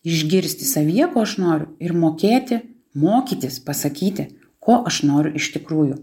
išgirsti savyje ko aš noriu ir mokėti mokytis pasakyti ko aš noriu iš tikrųjų